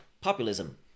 populism